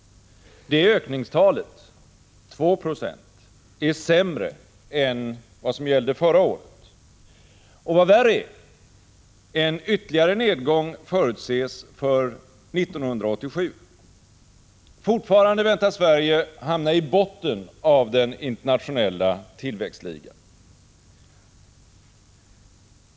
Det ökningstalet är sämre än förra årets. Och vad värre är: en ytterligare nedgång förutses för 1987. Fortfarande väntas Sverige hamna i botten av den internationella tillväxtligan.